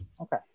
Okay